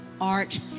Art